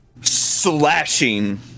Slashing